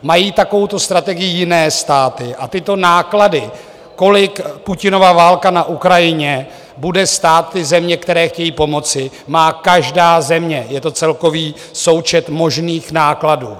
Mají takovouto strategii i jiné státy a tyto náklady, kolik Putinova válka na Ukrajině bude stát ty země, které chtějí pomoci, má každá země, je to celkový součet možných nákladů.